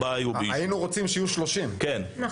היינו רוצים שיהיו 30 אירועים.